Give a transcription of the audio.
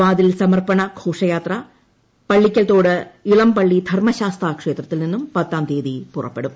വാതിൽ സമർപ്പണഘോഷയാത്ര പള്ളിക്കൽത്തൊട് ഇളംപള്ളി ധർമ്മശാസ്താ ക്ഷേത്രത്തിൽ നിന്നും പത്താം തീയതി പുറപ്പെടും